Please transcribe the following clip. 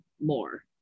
more